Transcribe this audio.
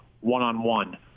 one-on-one